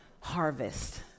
harvest